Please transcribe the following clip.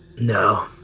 No